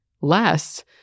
less